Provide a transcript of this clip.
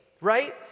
right